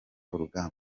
urugamba